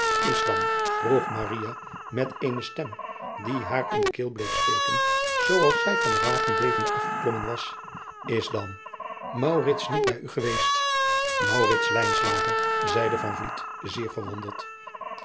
s dan vroeg met eene stem die haar in de keel bleef steken zoo als zij van den wagen bevende afgeklommen was is dan niet bij u geweest zeide zeer verwonderd